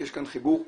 יש כאן חיבור אמיתי,